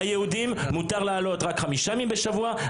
ליהודים מותר לעלות רק חמישה ימים בשבוע,